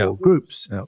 groups